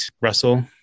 Russell